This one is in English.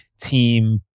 team